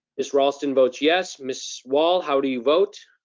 miss raulston votes yes. miss wall, how do you vote?